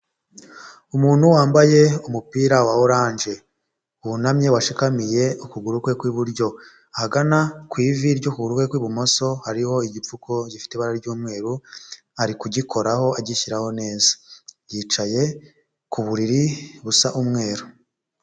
Umuntu wambaye umupira wa oranje wunamye washikamiye ukuguru kwe kw'iburyo, ahagana ku ivi ry'ukuguru kwe kw'ibumoso hariho igipfuko gifite ibara ry'umweru ari kugikoraho agishyiraho neza, yicaye ku buriri busa umweru.